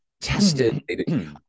tested